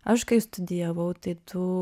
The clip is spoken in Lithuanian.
aš kai studijavau tai tų